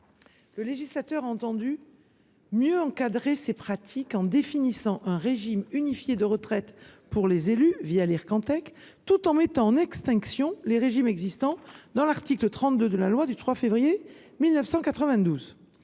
Le législateur a entendu mieux encadrer ces pratiques, en définissant un régime unifié de retraite pour les élus, l’Ircantec, tout en mettant en extinction les régimes existants, dans l’article 32 de la loi du 3 février 1992